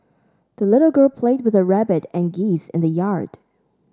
the little girl played with her rabbit and geese in the yard